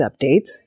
updates